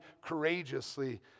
courageously